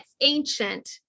Ancient